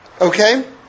Okay